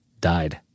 died